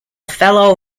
fellow